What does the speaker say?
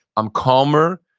i'm calmer,